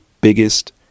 biggest